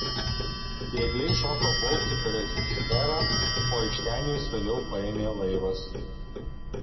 bėgliai šoko plaukti per šcherą o iš ten juos vėliau paėmė laivas